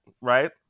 right